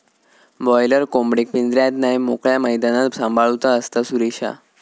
boiler कोंबडेक पिंजऱ्यात नाय मोकळ्या मैदानात सांभाळूचा असता, सुरेशा